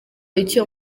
icyo